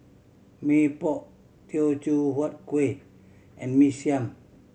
Mee Pok Teochew Huat Kueh and Mee Siam